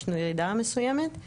יש ירידה מסוימת,